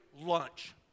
lunch